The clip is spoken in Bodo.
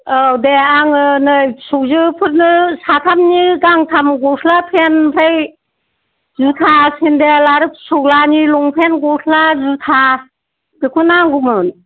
औ दे आङो नै फिसौजोफोरनो साथामनि गांथाम गस्ला फेन ओमफ्राय जुथा सेन्देल आरो फिसौलानि लंफेन गस्ला जुथा बेखौ नांगौमोन